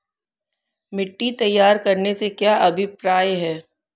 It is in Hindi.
मिट्टी तैयार करने से क्या अभिप्राय है?